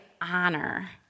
honor